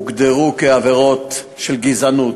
הוגדרו עבירות של גזענות: